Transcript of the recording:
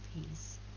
peace